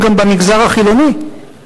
והצעת ועדת הכנסת בדבר